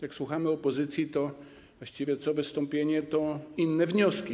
Jak słuchamy opozycji, to właściwie co wystąpienie, to inne wnioski.